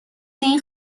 این